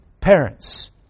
Parents